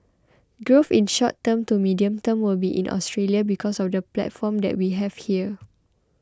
growth in the short term to medium term will be in Australia because of the platform that we have here